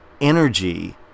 energy